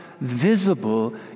visible